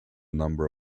number